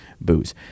booze